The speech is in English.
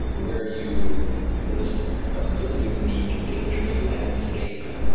where you noticed a really unique dangerous landscape,